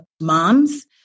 moms